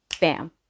bam